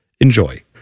Enjoy